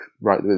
right